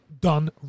done